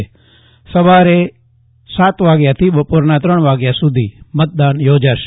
આવતીકાલે સવારે સાત વાગ્યાથી બપોરના ત્રણ વાગ્યા સુધી મતદાન યોજાશે